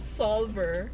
solver